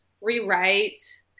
rewrite